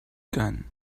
gun